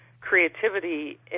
creativity